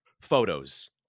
photos